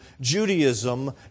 Judaism